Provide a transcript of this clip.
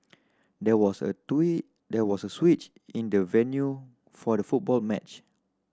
there was a three there was a switch in the venue for the football match